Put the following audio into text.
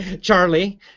Charlie